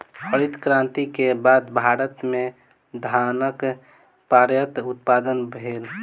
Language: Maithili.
हरित क्रांति के बाद भारत में धानक पर्यात उत्पादन भेल